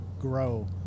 grow